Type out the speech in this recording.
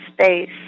space